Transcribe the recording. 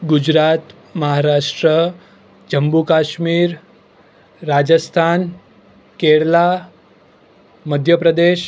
Gujarat Maharashtra Jammu Kashmir Rajasthan Kerala Madhya Pradesh